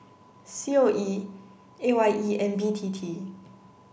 C O E A Y E and B T T